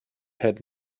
had